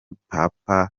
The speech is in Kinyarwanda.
papa